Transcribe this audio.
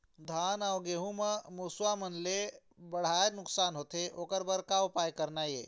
धान अउ गेहूं म मुसवा हमन ले बड़हाए नुकसान होथे ओकर बर का उपाय करना ये?